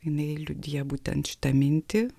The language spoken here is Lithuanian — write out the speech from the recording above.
jinai liudija būtent šitą mintį